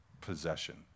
possession